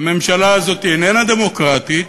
הממשלה הזאת איננה דמוקרטית.